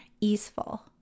easeful